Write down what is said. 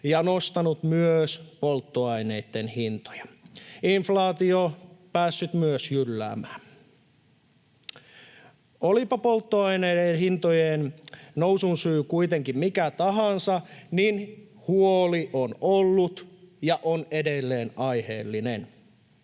ja nostanut myös polttoaineitten hintoja. Inflaatio on myös päässyt jylläämään. Olipa polttoaineiden hintojen nousun syy kuitenkin mikä tahansa, niin huoli on ollut ja on edelleen aiheellinen.